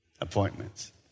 appointments